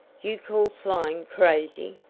you call flying crazy!